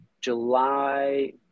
july